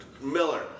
Miller